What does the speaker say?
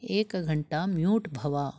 एकघण्टा म्यूट् भव